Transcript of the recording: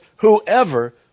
whoever